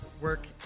work